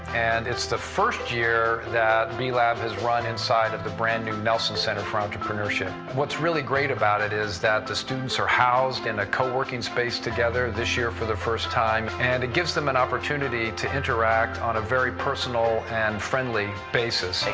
and it's the first year that b-lab has run inside of the brand new nelson center for entrepreneurship. what's really great about it is that the students are housed in a coworking space together this year for the first time. and it gives them an opportunity to interact on a very personal and friendly basis.